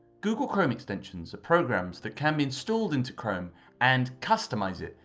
google chrome extensions are programs that can be installed into chrome and customise it,